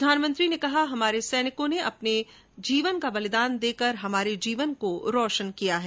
प्रधानमंत्री ने कहा कि हमारे सैनिकों ने अपना बलिदान देकर हमारा जीवन रोशन किया है